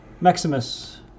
Maximus